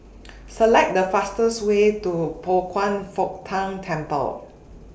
Select The fastest Way to Pao Kwan Foh Tang Temple